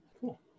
Cool